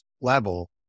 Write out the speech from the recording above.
level